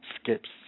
skips